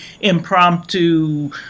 impromptu